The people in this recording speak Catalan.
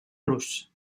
rus